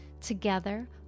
Together